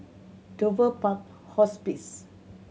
Dover Park Hospice